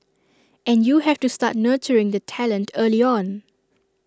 and you have to start nurturing the talent early on